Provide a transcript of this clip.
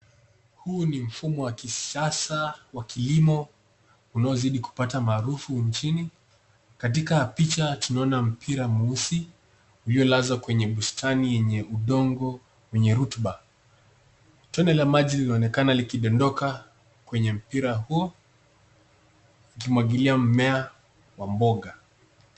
Huu ni mfumo wa kisasa wa kilimo unaozidi kupata umaarufu nchini. Katika picha tunaona mpira mweusi uliolazwa kwenye bustani yenye udongo wenye rotuba. Tone la maji linaonekana likidondoka kwenye mpira huo, ukimwagilia mmea wa mboga.